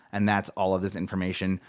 and that's all of this information.